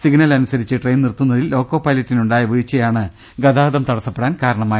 signal അനുസരിച്ച് train നിർത്തുന്നതിൽ loco പൈലറ്റിനുണ്ടായ വീഴ്ചയാണ് ഗതാഗതം തടസ്സപ്പെടാൻ കാരണമായത്